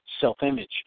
self-image